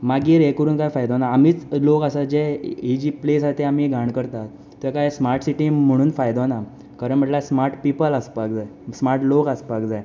मागीर हें करून कांय फायदो ना आमीच लोक आसा जे ही जी प्लेस आसा ती आमी घाण करतात ताका हें स्माट सिटी म्हणून फायदो ना खरें म्हणल्यार स्माट पिपल आसपाक जाय स्माट लोक आसपाक जाय